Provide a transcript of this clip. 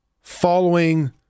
following